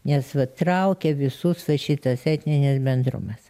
nes vat traukia visus va šitas etninis bendrumas